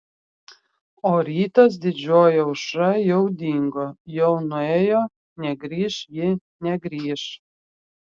o rytas didžioji aušra jau dingo jau nuėjo negrįš ji negrįš